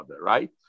Right